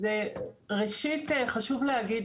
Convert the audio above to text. ראשית, חשוב להגיד